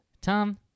Tom